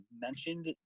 mentioned